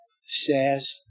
says